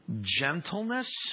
gentleness